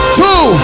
two